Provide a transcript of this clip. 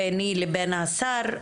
ביני לבין השר,